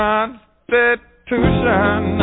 Constitution